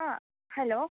hello